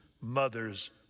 mothers